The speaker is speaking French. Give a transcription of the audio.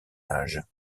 âges